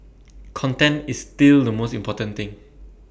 content is still the most important thing